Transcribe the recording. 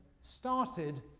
started